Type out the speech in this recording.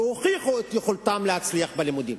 שהוכיחו את יכולתם להצליח בלימודים.